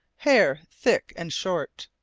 hair thick and short,